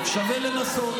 הנשיא,